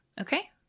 Okay